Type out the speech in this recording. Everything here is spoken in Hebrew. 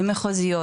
ומחוזיות,